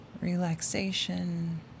relaxation